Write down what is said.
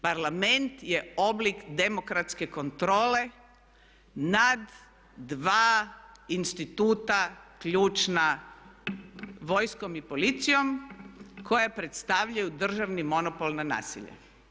Parlament je oblik demokratske kontrole nad dva instituta ključna, vojskom i policijom koja predstavljaju državni monopol na nasilje.